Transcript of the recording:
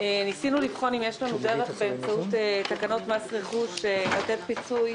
ניסינו לבחון אם יש לנו דרך באמצעות תקנות מס רכוש לתת פיצוי